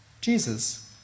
Jesus